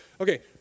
Okay